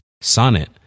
Sonnet